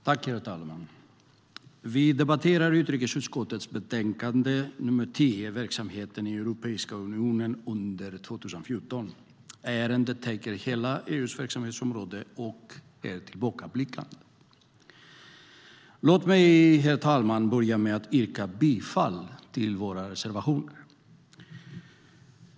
Herr talman! Vi debatterar utrikesutskottets betänkande nr 10 Verksamheten i Europeiska unionen under 2014 . Ärendet täcker in hela EU:s verksamhetsområde och är tillbakablickande. Låt mig, herr talman, börja med att yrka bifall till våra reservationer.